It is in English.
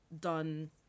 done